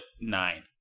nine